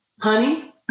honey